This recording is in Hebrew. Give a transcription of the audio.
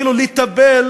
כאילו לטפל